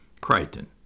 Crichton